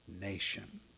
nation